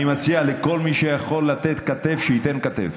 אני מציע לכל מי שיכול לתת כתף, שייתן כתף,